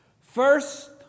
First